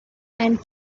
and